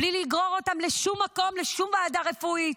בלי לגרור אותם לשום מקום, לשום ועדה רפואית.